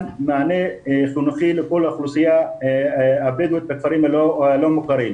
מענה חינוכי לכל האוכלוסייה הבדואית בכפרים הלא מוכרים.